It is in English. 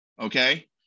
Okay